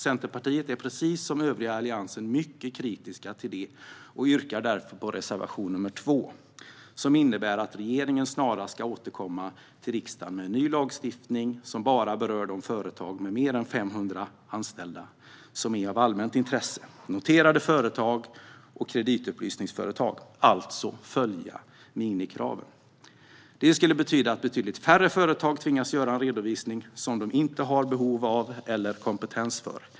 Centerpartiet är precis som övriga i Alliansen mycket kritiskt till det och yrkar därför bifall till reservation nr 2, som innebär att regeringen snarast ska återkomma till riksdagen med ny lagstiftning som bara berör de företag med mer än 500 anställda som är av allmänt intresse, noterade företag och kreditupplysningsföretag. Vi ska alltså följa minimikraven. Det skulle innebära att betydligt färre företag tvingas göra en redovisning som de inte har behov av eller kompetens för.